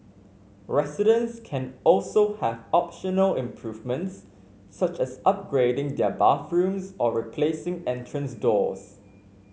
residents can also have optional improvements such as upgrading their bathrooms or replacing entrance doors